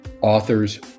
authors